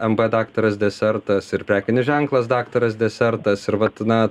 mb daktaras desertas ir prekinis ženklas daktaras desertas ir vat na